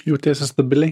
jautiesi stabiliai